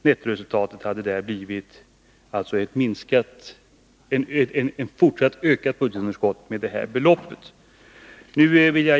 Nettoresultatet hade där blivit ett fortsatt ökat budgetunderskott med detta belopp.